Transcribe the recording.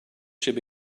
should